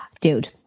Dude